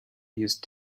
used